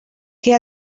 que